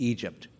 Egypt